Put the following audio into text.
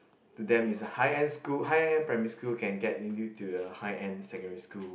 to them is a high end school high end primary school can get you you into a high end secondary school